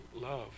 love